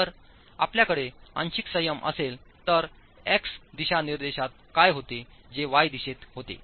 जर आपल्याकडे आंशिक संयम असेल तर एक्स दिशानिर्देशात काय होते जे y दिशेत होते